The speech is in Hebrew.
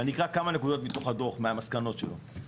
אני אקרא כמה נקודות מתוך המסקנות של הדו"ח.